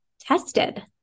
tested